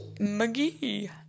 McGee